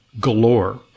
galore